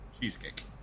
Cheesecake